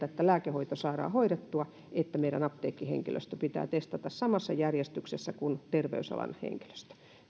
että jotta lääkehoito saadaan hoidettua meidän apteekkihenkilöstömme pitää testata samassa järjestyksessä kuin terveysalan henkilöstö